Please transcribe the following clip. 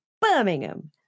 Birmingham